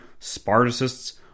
Spartacists